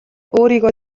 өөрийгөө